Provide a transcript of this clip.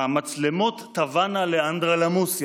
"המצלמות תבאנה לאנדרלמוסיה"?